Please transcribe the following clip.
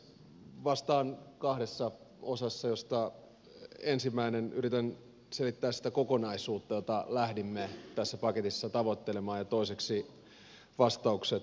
vastaan kahdessa osassa joista ensimmäisessä yritän selittää sitä kokonaisuutta jota lähdimme tässä paketissa tavoittelemaan ja toiseksi vastaukset oppositiolle